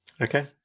Okay